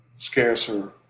Scarcer